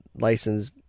license